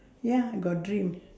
ya I got dream